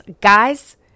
Guys